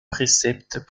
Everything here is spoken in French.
préceptes